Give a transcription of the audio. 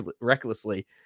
recklessly